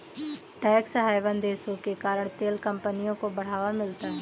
tax haven देशों के कारण तेल कंपनियों को बढ़ावा मिलता है